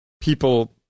people